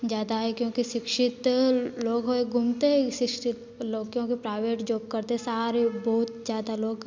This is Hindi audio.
ज्यादा है क्योंकि शिक्षित लोग होए घूमते हैं शिक्षित लोग क्योंकि प्राइवेट जॉब करते सारे बहुत ज्यादा लोग